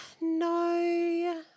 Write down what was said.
No